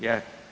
Je.